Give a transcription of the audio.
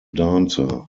dancer